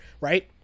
right